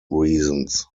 reasons